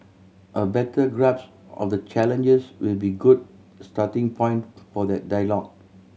a better grapes of the challenges will be good starting point for that dialogue